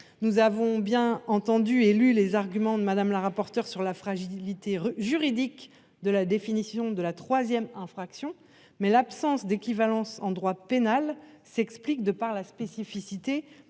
Nous avons bien entendu les arguments de Mme la rapporteure sur la fragilité juridique de la définition de la troisième infraction, mais l'absence d'équivalence en droit pénal s'explique par la spécificité